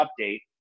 update